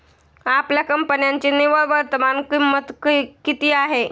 आपल्या कंपन्यांची निव्वळ वर्तमान किंमत किती आहे?